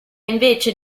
invece